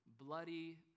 bloody